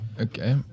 Okay